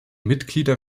mitglieder